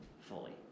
fully